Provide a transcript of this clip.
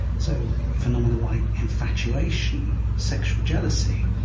so phenomena like infatuation, sexual jealousy,